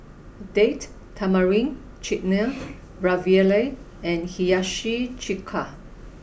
Date Tamarind Chutney Ravioli and Hiyashi Chuka